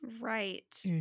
Right